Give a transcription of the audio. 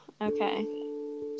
Okay